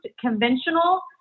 conventional